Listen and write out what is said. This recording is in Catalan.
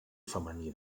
femení